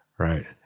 Right